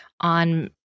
on